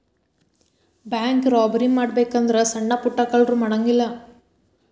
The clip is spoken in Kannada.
ಬ್ಯಾಂಕ್ ರಾಬರಿ ಮಾಡ್ಬೆಕು ಅಂದ್ರ ಸಣ್ಣಾ ಪುಟ್ಟಾ ಕಳ್ರು ಮಾಡಂಗಿಲ್ಲಾ